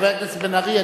חבר הכנסת בן-ארי,